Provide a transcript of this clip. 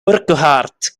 urquhart